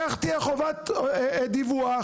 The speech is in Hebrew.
כך תהיה חובת דיווח.